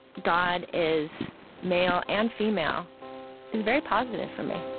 god is male and female is very positive for me